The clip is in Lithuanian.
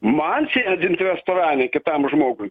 man sėdint restorane kitam žmogui